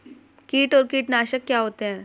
कीट और कीटनाशक क्या होते हैं?